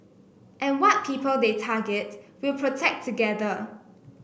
and what people they target we'll protect together